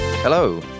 Hello